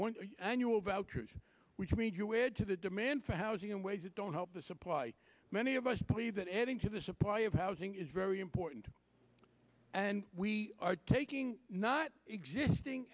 vouchers annual vouchers which means you add to the demand for housing in ways that don't help the supply many of us believe that adding to the supply of housing is very important and we are taking not existing